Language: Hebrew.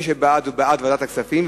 מי שבעד, הוא בעד ועדת הכספים.